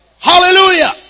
Hallelujah